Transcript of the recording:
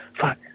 fuck